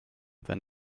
wenn